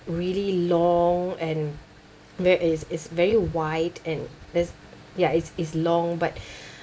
really long and there is is very wide and there's ya it's it's long but